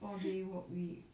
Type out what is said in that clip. four day work week